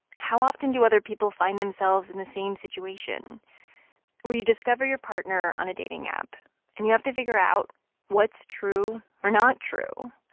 how often do other people find themselves in the same situation where you discover your partner on a dating app and you have to figure out what's true or not true?